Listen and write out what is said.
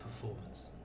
performance